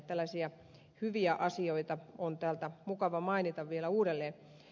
tällaisia hyviä asioita on täältä mukava mainita vielä uudelleen